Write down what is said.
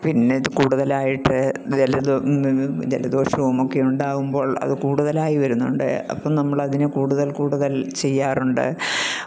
പിന്നെ കൂടുതലായിട്ട് ജലദോ ജലദോഷവും ഒക്കെ ഉണ്ടാകുമ്പോൾ അത് കൂടുതലായി വരുന്നുണ്ട് അപ്പം നമ്മൾ അതിന് കൂടുതൽ കൂടുതൽ ചെയ്യാറുണ്ട്